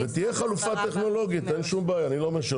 אין בעיה.